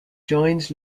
joined